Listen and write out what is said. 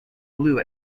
blue